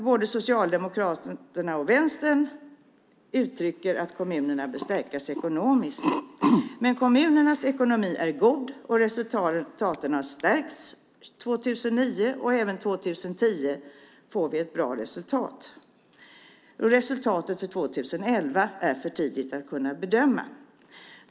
Både Socialdemokraterna och Vänstern uttrycker att kommunerna bör stärkas ekonomiskt, men kommunernas ekonomi är god. Resultaten har stärkts 2009, och vi får även ett bra resultat 2010. Det är för tidigt att kunna bedöma resultatet för 2011.